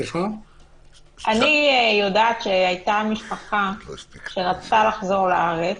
אני יודעת שהיתה משפחה שרצתה לחזור לארץ,